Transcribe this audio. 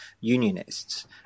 unionists